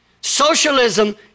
Socialism